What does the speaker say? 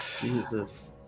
Jesus